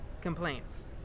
Complaints